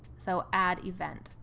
so add event.